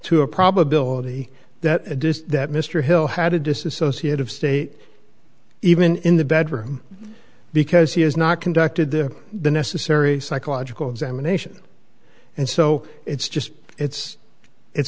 to a probability that a does that mr hill had to disassociate of state even in the bedroom because he has not conducted the the necessary psychological examination and so it's just it's it's